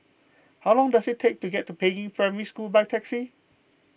how long does it take to get to Peiying Primary School by taxi